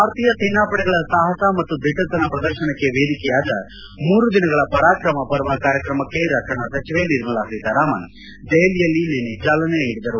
ಭಾರತೀಯ ಸೇನಾಪಡೆಗಳ ಸಾಹಸ ಮತ್ತು ದಿಟ್ಲತನ ಪ್ರದರ್ಶನಕ್ಷೆ ವೇದಿಕೆಯಾದ ಮೂರು ದಿನಗಳ ಪರಾಕ್ರಮ ಪರ್ವ ಕಾರ್ಯಕ್ರಮಕ್ಷೆ ರಕ್ಷಣಾ ಸಚಿವೆ ನಿರ್ಮಲಾ ಸೀತಾರಾಮನ್ ದೆಹಲಿಯಲ್ಲಿ ನಿನ್ನೆ ಚಾಲನೆ ನೀಡಿದರು